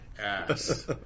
ass